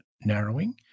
narrowing